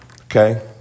Okay